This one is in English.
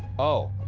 oh!